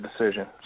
decision